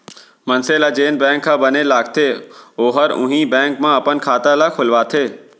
मनसे ल जेन बेंक ह बने लागथे ओहर उहीं बेंक म अपन खाता ल खोलवाथे